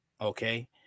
Okay